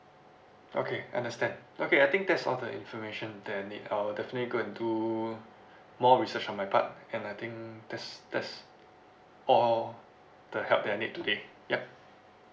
okay understand okay I think that's all the information that I need I'll definitely go and do more research on my part and I think that's that's all the help that I need today yup